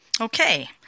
Okay